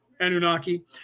Anunnaki